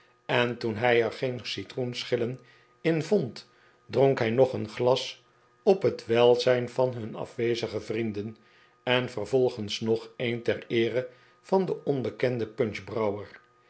en toen hij er geen citroenschillen in vond dronk hij nog een glas op het welzijn van hun afwezige vrienden en vervolgens nog een ter eere van den onbekenden